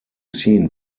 seen